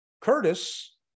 Curtis